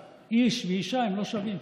למשל, איש ואישה הם לא שווים.